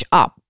up